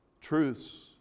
truths